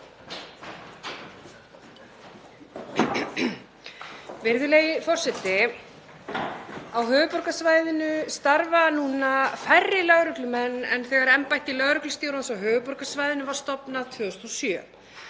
Virðulegi forseti. Á höfuðborgarsvæðinu starfa núna færri lögreglumenn en þegar embætti lögreglustjórans á höfuðborgarsvæðinu var stofnað 2007.